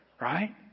Right